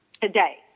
today